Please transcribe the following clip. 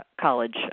college